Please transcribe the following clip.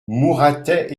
mouratet